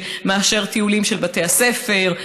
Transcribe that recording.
שמאשר טיולים של בתי הספר,